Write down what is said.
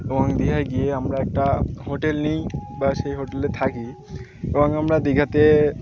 এবং দীঘায় গিয়ে আমরা একটা হোটেল নিই বা সেই হোটেলে থাকি এবং আমরা দীঘাতে